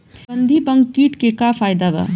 गंधी बग कीट के का फायदा बा?